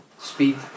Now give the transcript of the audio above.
speed